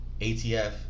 ATF